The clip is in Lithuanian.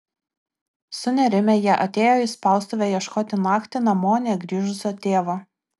sunerimę jie atėjo į spaustuvę ieškoti naktį namo negrįžusio tėvo